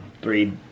three